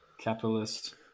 Capitalist